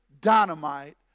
dynamite